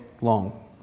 long